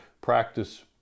practice